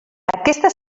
aquesta